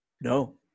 No